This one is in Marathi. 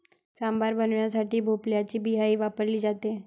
सांबार बनवण्यासाठी भोपळ्याची बियाही वापरली जाते